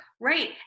Right